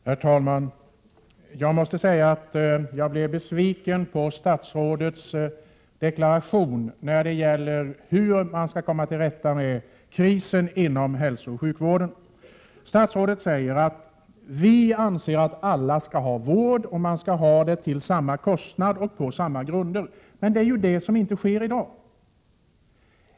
Herr talman! Jag måste säga att jag blev besviken på statsrådets deklaration om hur man skall komma till rätta med krisen inom hälsooch sjukvården. Statsrådet säger att socialdemokratin anser att alla skall ha vård tillsamma kostnad och på samma grunder. Men det gäller ju inte i dag.